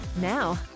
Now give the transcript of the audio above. Now